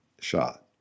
shot